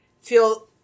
feel